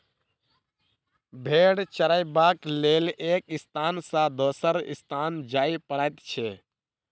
भेंड़ चरयबाक लेल एक स्थान सॅ दोसर स्थान जाय पड़ैत छै